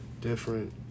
different